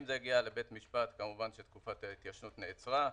אם זה הגיע לבית משפט כמובן שתקופת ההתיישנות נעצרה.